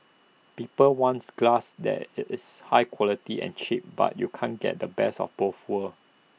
people wants glass that IT is high quality and cheap but you can't get the best of both worlds